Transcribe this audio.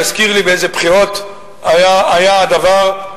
יזכיר לי באיזה בחירות היה הדבר,